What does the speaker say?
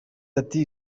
ati